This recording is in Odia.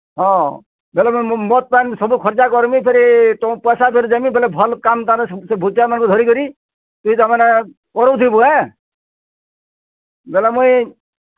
ହଁ ବେଲେ ମଦ ପାନି ସବୁ ଖଞ୍ଜା କର୍ମି ଫେରେ ତୁମ ପଇସା ଦେମି ଭଲ୍ କାମ୍ ଧରି କରି କରୁଥିବୁ ବୋଲେ ମୁହିଁ